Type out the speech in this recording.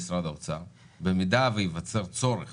במידה וייווצר צורך